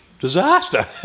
disaster